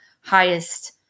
highest